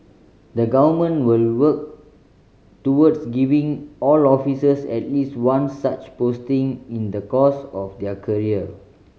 the Government will work towards giving all officers at least one such posting in the course of their career